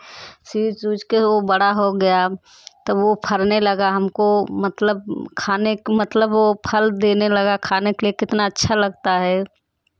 सींच ऊँच कर वह बड़ा हो गया तो वह फलने लगा हमको मतलब खाने मतलब वह फल देने लगा खाने के लिए कितना अच्छा लगता है